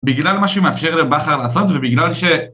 בגלל מה שהוא מאפשר לבכר לעשות ובגלל ש...